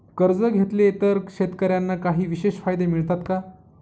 कर्ज घेतले तर शेतकऱ्यांना काही विशेष फायदे मिळतात का?